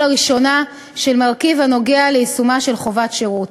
לראשונה של מרכיב הנוגע ליישומה של חובת שירות.